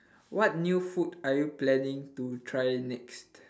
what new food are you planning to try next